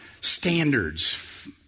standards